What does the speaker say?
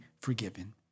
forgiven